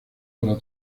para